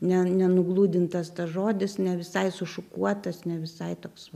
ne nenugludintas tas žodis ne visai sušukuotas ne visai toks